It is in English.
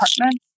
apartment